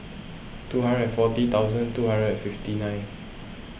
two hundred and forty thousand two hundred and fifty nine